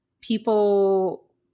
people